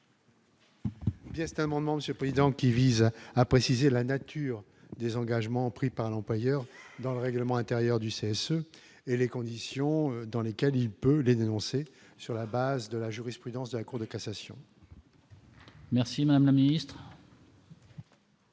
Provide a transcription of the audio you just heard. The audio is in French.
Testament, l'ancien président, qui vise à préciser la nature des engagements pris par l'employeur dans le règlement intérieur du CSE et les conditions dans lesquelles il peut dénoncer sur la base de la jurisprudence de la Cour de cassation. Merci mon ami.